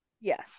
Yes